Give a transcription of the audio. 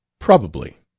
probably.